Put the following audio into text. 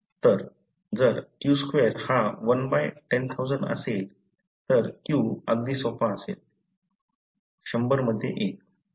तर जर q2 हा 1 बाय 10000 असेल तर q अगदी सोपा असेल 100 मध्ये 1